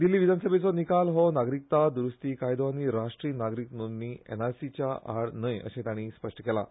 दिल्ली विधानसभेचो निकाल नागरिकता द्रुस्ती कायदो आनी राष्ट्रीय नोंदणी एनआरसीच्या आड न्हय अशें तांणी स्पश्ट केलें